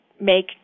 make